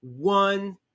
one